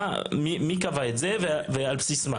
מי קבע את זה ועל בסיס מה?